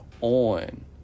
on